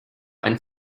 ein